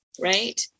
Right